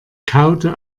kaute